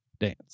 dance